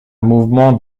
mouvement